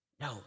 no